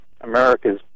America's